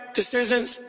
decisions